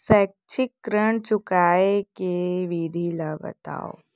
शैक्षिक ऋण चुकाए के विधि ला बतावव